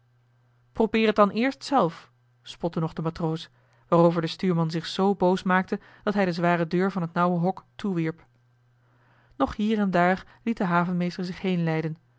probeer het dan eerst zelf spotte nog de matroos waarover de stuurman zich zoo boos maakte dat hij de zware deur van het nauwe hok toewierp nog hier en daar liet de havenmeester zich